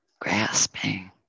grasping